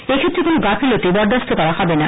এক্ষেত্রে কোনো গাফিলতি বরদাস্ত করা হবে না